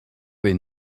been